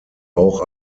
auch